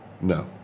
No